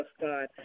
God